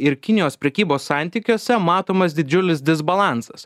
ir kinijos prekybos santykiuose matomas didžiulis disbalansas